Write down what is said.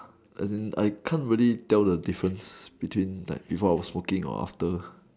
as in I can't really tell the difference between like before I was smoking or after